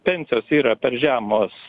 pensijos yra per žemos